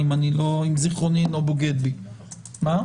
כרטיסייה, אם זכרוני אינו בוגד בי, נכון?